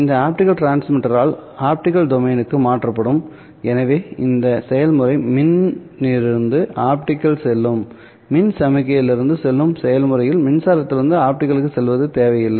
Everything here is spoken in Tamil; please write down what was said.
இந்த ஆப்டிகல் டிரான்ஸ்மிட்டரால் ஆப்டிகல் டொமைனுக்கு மாற்றப்படும் எனவே இந்த செயல்முறை மின் இருந்து ஆப்டிகல் செல்லும் மின் சமிக்ஞையிலிருந்து செல்லும் செயல்முறையில் மின்சாரத்திலிருந்து ஆப்டிகலுக்குச் செல்வது தேவையில்லை